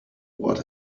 what